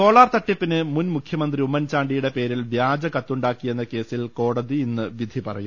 solar തട്ടിപ്പിന് മുൻ മുഖ്യമന്ത്രി ഉമ്മൻചാണ്ടിയുടെ പേരിൽ വ്യാജ കത്തുണ്ടാക്കിയെന്ന കേസിൽ കോടതി ഇന്ന് വിധി പറയും